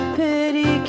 pity